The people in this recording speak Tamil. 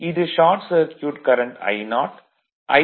இது ஷார்ட் சர்க்யூட் கரண்ட் I0